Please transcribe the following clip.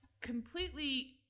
completely